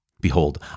Behold